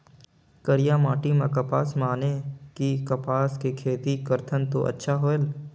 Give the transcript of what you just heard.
करिया माटी म कपसा माने कि कपास के खेती करथन तो अच्छा होयल?